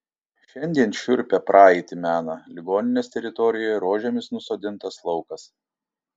šiandien šiurpią praeitį mena ligoninės teritorijoje rožėmis nusodintas laukas